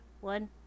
one